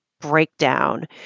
breakdown